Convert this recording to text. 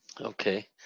Okay